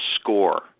score